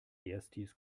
erstis